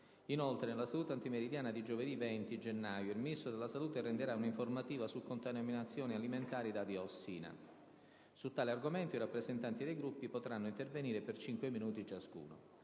Inoltre, nella seduta antimeridiana di giovedì 20 gennaio il Ministro della salute renderà un'informativa su contaminazioni alimentari da diossina. Su tale argomento i rappresentanti dei Gruppi potranno intervenire per cinque minuti ciascuno.